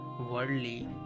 worldly